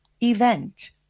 event